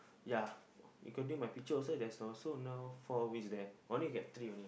ya including my picture also there's also no four wheels there only get three only